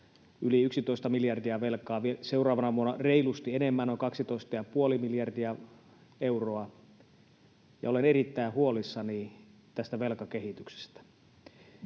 yli 11 miljardia velkaa, seuraavana vuonna reilusti enemmän, noin 12,5 miljardia euroa. Olen erittäin huolissani tästä velkakehityksestä,